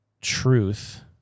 truth